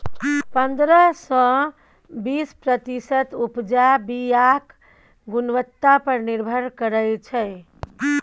पंद्रह सँ बीस प्रतिशत उपजा बीयाक गुणवत्ता पर निर्भर करै छै